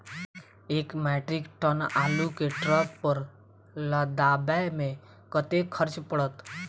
एक metric ton आलु केँ ट्रक पर लदाबै मे कतेक खर्च पड़त?